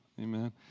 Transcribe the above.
Amen